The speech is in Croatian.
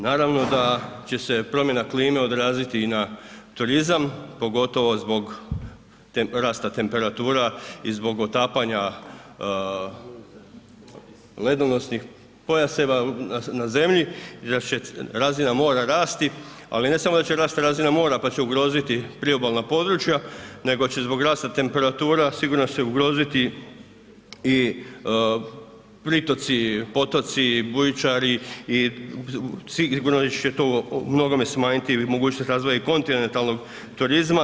Naravno da će se promjena klime odraziti i na turizam, pogotovo zbog rasta temperatura i zbog otapanja ledonosnih pojaseva na zemlji i da će razina mora rasti, ali ne samo da će rasti razina mora pa će ugroziti priobalna područja nego će zbog rasta temperatura sigurno se ugroziti i pritoci, potoci bujičari i sigurno će to u mnogome smanjiti mogućnost razvoja kontinentalnog turizma.